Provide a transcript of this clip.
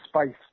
space